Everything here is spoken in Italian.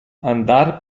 andar